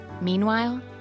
Meanwhile